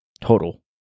total